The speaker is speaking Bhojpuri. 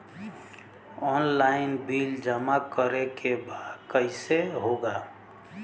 ऑनलाइन बिल जमा करे के बा कईसे होगा?